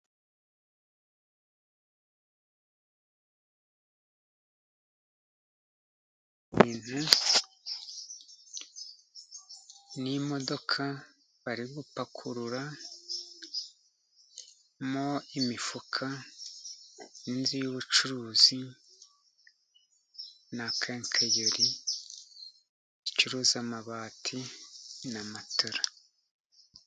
Iyi ni imodoka bari gupakururamo imifuka n'inzu y'ubucuruzi na kenkayori icuruza amabati na matera